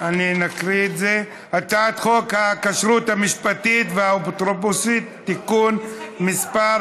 הצעת חוק הכשרות המשפטית והאפוטרופסות (תיקון מס'